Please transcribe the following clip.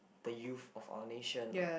the youth of our nation lah